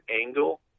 angle